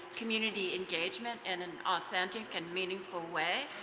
community engagement in an authentic and meaningful way.